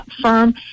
firm